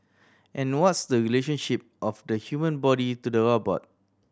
and what's the relationship of the human body to the robot